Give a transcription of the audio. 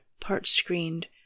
part-screened